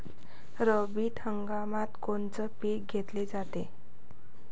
रब्बी हंगामात कोनचं पिक घेतलं जाते?